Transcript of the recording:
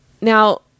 Now